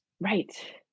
Right